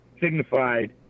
signified